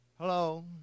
Hello